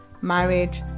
marriage